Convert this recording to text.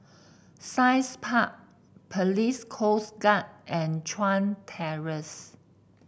Science Park Police Coast Guard and Chuan Terrace